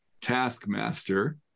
taskmaster